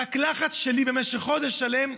רק לחץ שלי במשך חודש שלם,